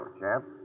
champ